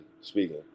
speaking